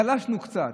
גלשנו קצת,